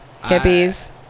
Hippies